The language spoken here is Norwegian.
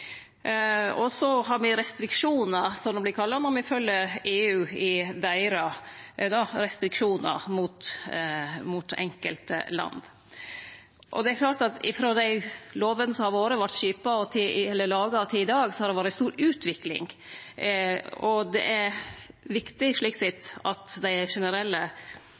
Så har me restriksjonar, som dei vert kalla, der me må følgje EU i deira restriksjonar mot einskilde land. Det er klart at det har vore ei stor utvikling frå dei lovene som vart laga, og til i dag, og det er slik sett viktig at dei generelle fullmaktslovene vert oppdaterte. Det har vore